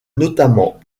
notamment